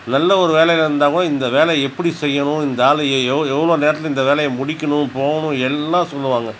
நல்ல ஒரு வேலையில் இருந்தாக்கூட இந்த வேலை எப்படி செய்யணும் இந்த ஆள் எவ்வளோ நேரத்தில் இந்த வேலையை முடிக்கணும் போகணும் எல்லாம் சொல்வாங்க